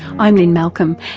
i'm lynne malcolm,